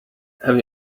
have